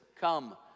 come